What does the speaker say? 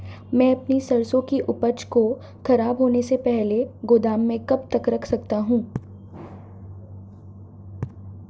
मैं अपनी सरसों की उपज को खराब होने से पहले गोदाम में कब तक रख सकता हूँ?